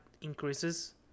increases